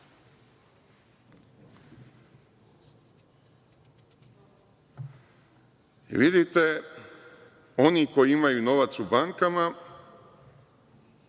6%.Vidite, oni koji imaju novac u bankama